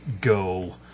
go